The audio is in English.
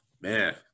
man